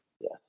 yes